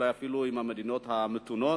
אולי אפילו עם המדינות המתונות,